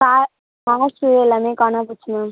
கா காஸு எல்லாமே காணாம போச்சு மேம்